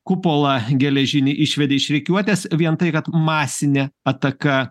kupolą geležinį išvedė iš rikiuotės vien tai kad masinė ataka